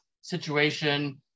situation